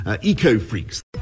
eco-freaks